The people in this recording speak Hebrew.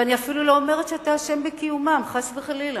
ואני אפילו לא אומרת שאתה אשם בקיומם, חס וחלילה.